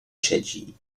siedzi